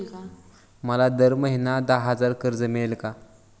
मला दर महिना दहा हजार कर्ज मिळेल का?